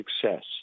success